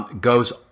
goes